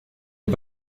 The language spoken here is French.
les